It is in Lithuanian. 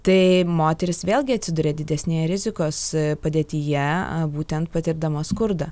tai moterys vėlgi atsiduria didesnėje rizikos padėtyje būtent patirdama skurdą